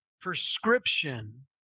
prescription